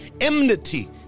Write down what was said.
enmity